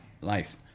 life